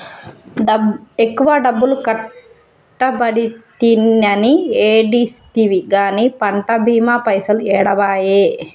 ఎక్కువ డబ్బులు కట్టబడితినని ఏడిస్తివి గాని పంట బీమా పైసలు ఏడబాయే